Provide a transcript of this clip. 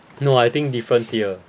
no I think different tier